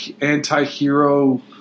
anti-hero